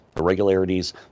irregularities